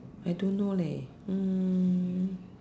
I don't know leh um